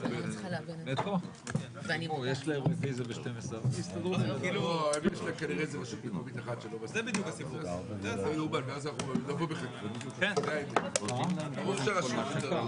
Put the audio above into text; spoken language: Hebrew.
ננעלה בשעה 11:46.